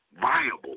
viable